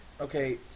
Okay